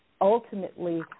ultimately